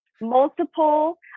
multiple